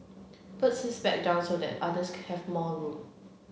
puts his bag down so that others have more room